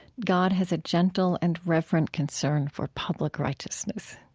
god has a gentle and reverent concern for public righteousness.